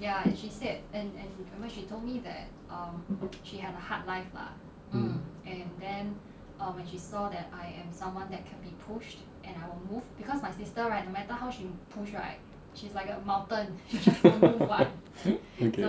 mm okay